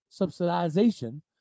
subsidization